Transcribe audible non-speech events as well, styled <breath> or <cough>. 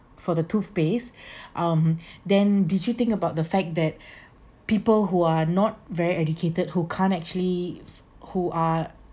for the toothpaste <breath> um then did you think about the fact that <breath> people who are not very educated who can't actually who are